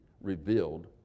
revealed